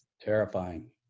Terrifying